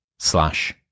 Slash